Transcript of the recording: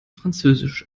französisch